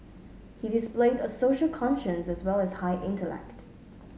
he displayed a social conscience as well as high intellect